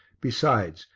besides,